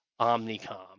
Omnicom